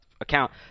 account